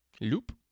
loop